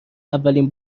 اولین